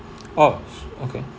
oh okay